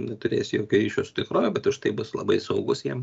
neturės jokio ryšio su tikrove bet už tai bus labai saugus jam